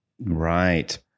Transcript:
Right